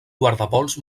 guardapols